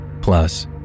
Plus